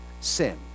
sin